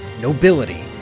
nobility